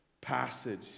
passage